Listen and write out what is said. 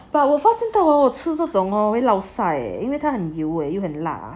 but 我发现到我吃这种了会 laosai 因为他很油又很辣